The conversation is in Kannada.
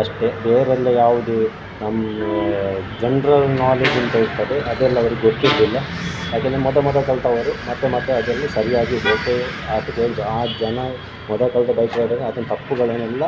ಅಷ್ಟೇ ಬೇರೆಲ್ಲ ಯಾವುದೇ ಜನರಲ್ ನಾಲೆಜ್ ಅಂತ ಇರ್ತದೆ ಅದೆಲ್ಲ ಅವರಿಗೆ ಗೊತ್ತಿರುವುದಿಲ್ಲ ಅದೆಲ್ಲ ಮೊದ ಮೊದಲು ಕಲಿತವರು ಮತ್ತೆ ಮತ್ತೆ ಅದರಲ್ಲಿ ಸರಿಯಾಗಿ ಆ ಜನ ಮೊದಲು ಕಲಿತ ಬೈಕ್ ರೈಡರ್ ಆತನ ತಪ್ಪುಗಳನ್ನೆಲ್ಲ